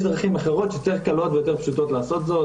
11:38) יש דרכים אחרות יותר קלות ויותר פשוטות לעשות זאת.